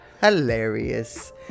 hilarious